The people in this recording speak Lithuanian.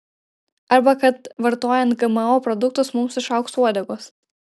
arba kad vartojant gmo produktus mums išaugs uodegos